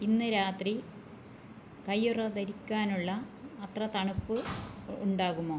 ഇന്ന് രാത്രി കയ്യുറ ധരിക്കാനുള്ള അത്ര തണുപ്പ് ഉണ്ടാകുമോ